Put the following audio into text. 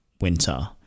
winter